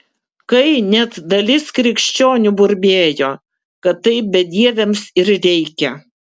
kai net dalis krikščionių burbėjo kad taip bedieviams ir reikia